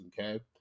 okay